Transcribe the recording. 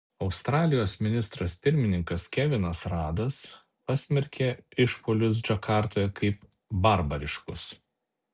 australijos ministras pirmininkas kevinas radas pasmerkė išpuolius džakartoje kaip barbariškus